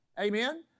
Amen